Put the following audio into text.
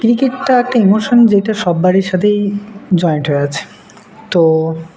ক্রিকেটটা একটা ইমোশন যেটা সব বাড়ির সাথেই জয়েন্ট হয়ে আছে তো